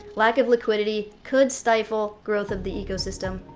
lack of liquidity could stifle growth of the ecosystem.